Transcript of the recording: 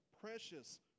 Precious